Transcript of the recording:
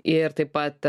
ir taip pat